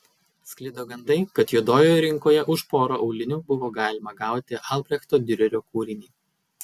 sklido gandai kad juodojoje rinkoje už porą aulinių buvo galima gauti albrechto diurerio kūrinį